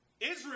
Israel